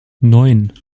neun